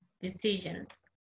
decisions